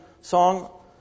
song